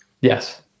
Yes